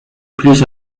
plus